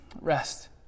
Rest